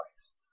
Christ